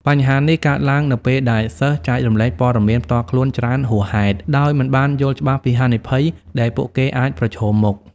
បញ្ហានេះកើតឡើងនៅពេលដែលសិស្ស ចែករំលែកព័ត៌មានផ្ទាល់ខ្លួនច្រើនហួសហេតុ ដោយមិនបានយល់ច្បាស់ពីហានិភ័យដែលពួកគេអាចប្រឈមមុខ។